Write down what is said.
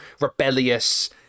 rebellious